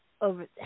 over